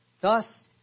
Thus